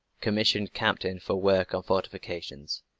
commissioned captain for work on fortifications.